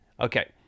okay